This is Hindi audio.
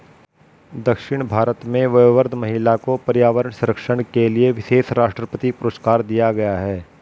दक्षिण भारत में वयोवृद्ध महिला को पर्यावरण संरक्षण के लिए विशेष राष्ट्रपति पुरस्कार दिया गया है